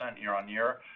year-on-year